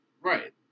right